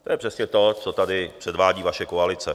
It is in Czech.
To je přesně to, co tady předvádí vaše koalice.